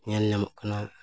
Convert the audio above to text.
ᱧᱮᱞ ᱧᱟᱢᱚᱜ ᱠᱟᱱᱟ